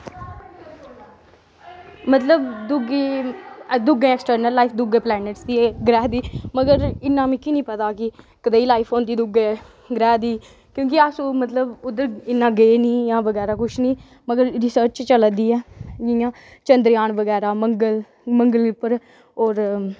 मतलब दुई दुआ ऐक्सटर्नल लाईफ दुआ प्लैनट ग्रैह् दी मगर इन्ना मिगी निं पता ऐ कि कनेही लाईफ होंदी दुऐ ग्रैह् दी क्योंकि अस उद्दर इन्ने गे निं जां कुछ नी मगर रिस्रच चला दी ऐ जि'यां चन्द्रेयान मंगल उप्पर होर